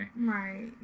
Right